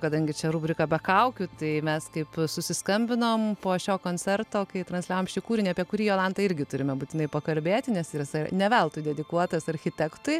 kadangi čia rubrika be kaukių tai mes kaip susiskambinom po šio koncerto kai transliavom šį kūrinį apie kurį jolanta irgi turime būtinai pakalbėti nes irs ne veltui dedikuotas architektui